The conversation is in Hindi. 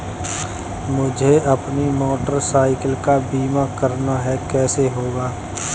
मुझे अपनी मोटर साइकिल का बीमा करना है कैसे होगा?